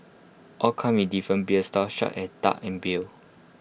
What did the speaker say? all come in different beers styles such at dark and beer